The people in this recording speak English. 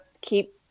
keep